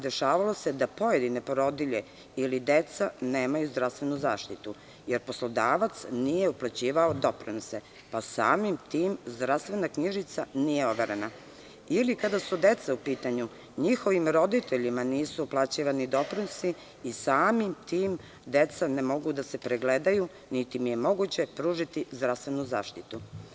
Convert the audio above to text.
Dešavalo se u praksi da pojedine porodilje ili deca nemaju zdravstvenu zaštitu, jer poslodavac nije uplaćivao doprinose, pa samim tim zdravstvena knjižica nije overena, ili kada su deca u pitanju, njihovim roditeljima nisu uplaćivani doprinosi i samim tim deca ne mogu da se pregledaju, niti im je moguće pružiti zdravstvenu zaštitu.